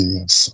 Yes